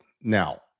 now